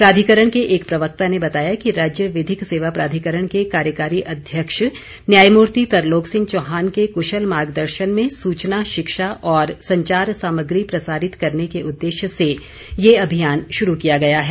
प्राधिकरण के एक प्रवक्ता ने बताया कि राज्य विधिक सेवा प्राधिकरण के कार्यकारी अध्यक्ष न्यायमूर्ती तरलोक सिंह चौहान के कुशल मार्ग दर्शन में सूचना शिक्षा और संचार सामग्री प्रसारित करने के उद्देश्य से ये अभियान शुरू किया गया है